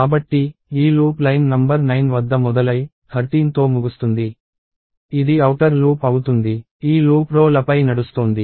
కాబట్టి ఈ loop line number 9 వద్ద మొదలై 13తో ముగుస్తుంది ఇది ఔటర్ లూప్ అవుతుంది ఈ లూప్ రో లపై నడుస్తోంది